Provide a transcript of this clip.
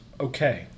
Okay